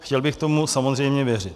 Chtěl bych tomu samozřejmě věřit.